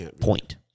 point